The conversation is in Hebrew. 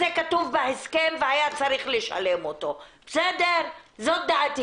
זה כתוב בהסכם והיה צריך לשלם אותו - זו דעתי.